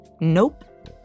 Nope